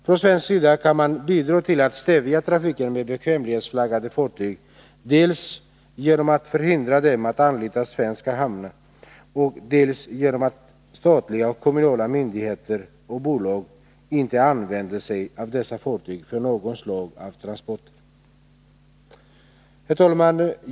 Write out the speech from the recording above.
Från svensk sida kan man bidra till att stävja trafiken med bekvämlighetsflaggande fartyg dels genom att hindra dem att anlita svensk hamn, dels genom att statliga och kommunala myndigheter och bolag inte använder sig av dessa fartyg för något slag av transporter. Herr talman!